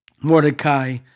Mordecai